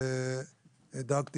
ודאגתי